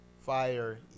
Fire